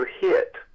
hit